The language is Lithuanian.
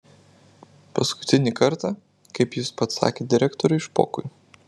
paskutinį kartą kaip jis pats sakė direktoriui špokui